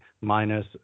minus